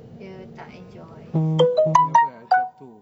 dia tak enjoy so he wants